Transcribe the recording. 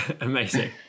Amazing